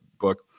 book